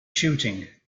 shooting